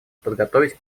подготовить